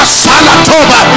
salatoba